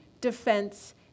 defense